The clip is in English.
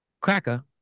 cracker